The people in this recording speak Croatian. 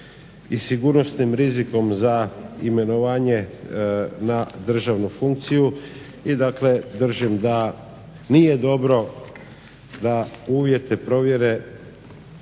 i sigurnosnim rizikom za imenovanje na državnu funkciju. I dakle, držim da nije dobro da uvjete provjere